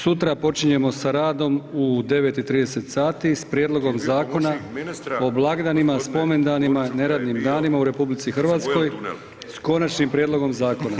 Sutra počinjemo sa radom u 9 i 30 sati sa Prijedlogom Zakona o blagdanima, spomendanima i neradnim danima u RH s konačnim prijedlogom zakona.